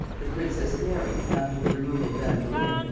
the princess mary, after the removal of anne boleyn,